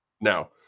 now